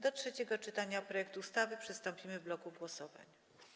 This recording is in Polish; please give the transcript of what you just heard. Do trzeciego czytania projektu ustawy przystąpimy w bloku głosowań.